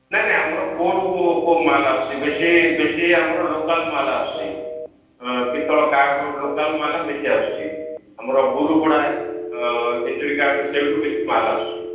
ନାହିଁ ନାହିଁ ଆମର କେଉଁଠୁ କେଉଁ ମାଲ୍ ଆସୁଛି ବେଶୀ ବେଶୀ ଆମର ଲୋକାଲ୍ ମାଲ ଆସୁଚି ପିତଳକାଟୁରୁ ଲୋକୋଲ୍ ମାଲ ବେଶୀ ଆସୁଛି ଆମର ଗୁରୁପଡ଼ା ହିଞ୍ଜିଳିକାଟୁରୁ ସେହିଠାରୁ ବେଶୀ ମାଲ ଆସୁଛି